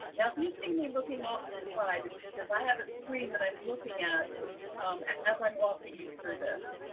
yeah if you see me looking off to the side, it's because i have a screen that i'm looking at as i'm walking you through this.